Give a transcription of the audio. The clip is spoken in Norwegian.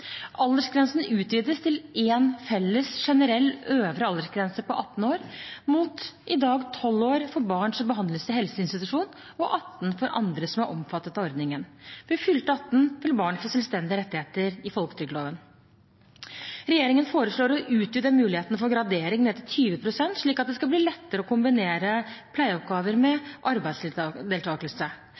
Aldersgrensen utvides til én felles generell øvre aldersgrense på 18 år, mot i dag 12 år for barn som behandles i helseinstitusjon, og 18 år for andre som er omfattet av ordningen. Ved fylte 18 år vil barnet få selvstendige rettigheter i folketrygdloven. Regjeringen foreslår å utvide muligheten for gradering ned til 20 pst., slik at det skal bli lettere å kombinere pleieoppgaver med